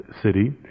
city